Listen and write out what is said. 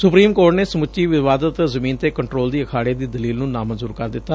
supreme Court ਨੇ ਸਮੁੱਚੀ ਵਿਵਾਦਤ ਜ਼ਮੀਨ ਤੇ ਕੰਟਰੋਲ ਦੀ ਅਖਾੜੇ ਦੀ ਦਲੀਲ ਨੂੰ ਨਾਮਨਜੁਰ ਕਰ ਦਿਤਾ